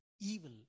evil